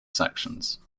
sections